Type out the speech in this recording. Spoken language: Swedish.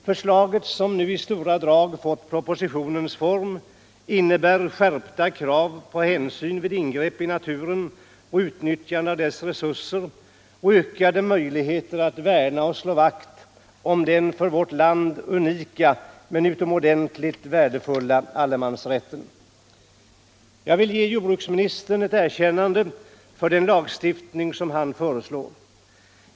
Förslaget, som nu i stora drag fått propositionens form, innebär skärpta krav på hänsyn vid ingrepp i naturen och utnyttjande av dess resurser och ökade möjligheter att slå vakt om den för vårt land unika men utomordentligt värdefulla allemansrätten. Jag vill ge jordbruksministern ett erkännande för den lagstiftning som han föreslår.